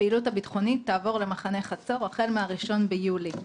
הפעילות הביטחונית תעבור למחנה חצור החל מה-1 ביולי.